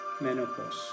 menopause